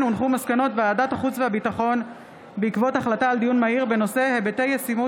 בעקבות דיון מהיר בהצעתם